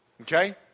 Okay